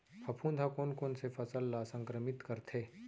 फफूंद ह कोन कोन से फसल ल संक्रमित करथे?